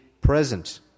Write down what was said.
present